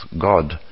God